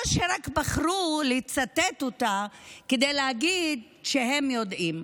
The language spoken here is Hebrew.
או רק בחרו לצטט אותה כדי להגיד שהם יודעים,